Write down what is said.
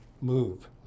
move